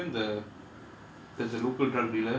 to be frank I'm just going to put it bluntly even the